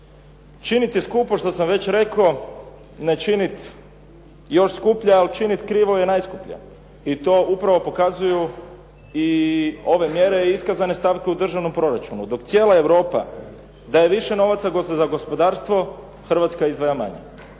Činiti skupo što sam već rekao, ne činiti još skuplje, a činiti krivo je najskuplje. I to upravo pokazuju ove mjere i iskazane stavke u državnom proračunu. Dok cijela Europa daje više novca za gospodarstvo Hrvatska izdvaja manje.